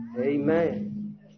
Amen